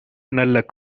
நல்ல